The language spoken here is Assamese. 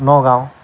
নগাঁও